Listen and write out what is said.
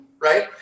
Right